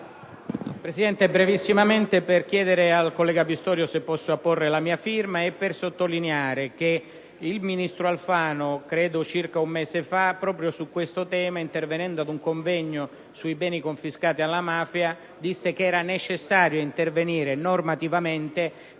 Signor Presidente, chiedo al collega Pistorio se è d'accordo che io apponga la mia firma. Voglio sottolineare che il ministro Alfano, circa un mese fa, proprio su questo tema, intervenendo ad un convegno sui beni confiscati alla mafia, disse che era necessario intervenire normativamente